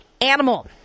Animal